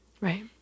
Right